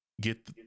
Get